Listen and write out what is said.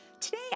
Today